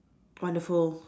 wonderful